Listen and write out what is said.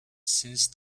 since